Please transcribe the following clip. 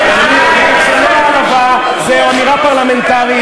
במלוא הענווה, זו אמירה פרלמנטרית.